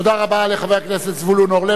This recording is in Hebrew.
תודה רבה לחבר הכנסת זבולון אורלב.